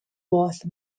both